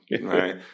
right